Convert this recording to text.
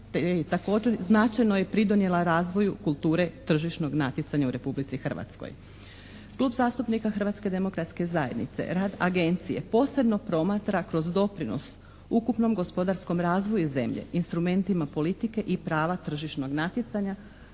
značajno pridonijela razvoju kulture tržišnog natjecanja u Republici Hrvatskoj. Klub zastupnika Hrvatske demokratske zajednice rad Agencije posebno promatra kroz doprinos ukupnom gospodarskom razvoju zemlje, instrumentima politike i prava tržišnog natjecanja